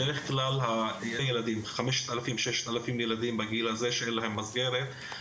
בדרך כלל הגיל הזה הוא גיל קריטי למערכת החינוך.